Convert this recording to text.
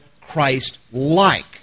Christ-like